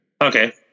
okay